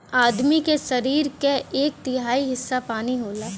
आदमी के सरीर क एक तिहाई हिस्सा पानी होला